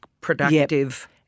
productive